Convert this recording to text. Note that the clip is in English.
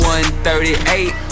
1.38